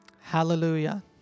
Hallelujah